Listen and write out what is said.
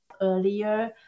earlier